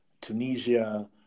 Tunisia